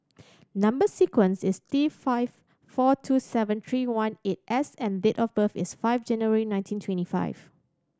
number sequence is T five four two seven three one eight S and date of birth is five January nineteen twenty five